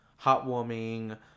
heartwarming